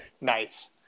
nice